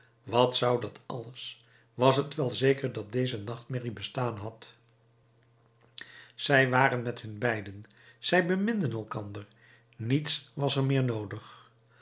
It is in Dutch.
wat zou dat alles was het wel zeker dat deze nachtmerrie bestaan had zij waren met hun beiden zij beminden elkander niets was er meer noodig